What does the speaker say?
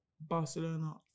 Barcelona